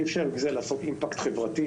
אי אפשר עם זה לעשות אימפקט חברתי.